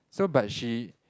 so but she